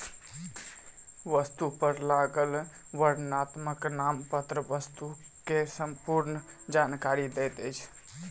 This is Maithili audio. वस्तु पर लागल वर्णनात्मक नामपत्र वस्तु के संपूर्ण जानकारी दैत अछि